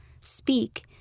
speak